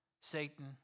Satan